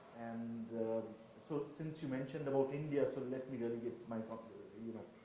and so, since you mentioned about india, so let me really get my, um you know,